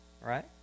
right